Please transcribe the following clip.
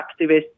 activists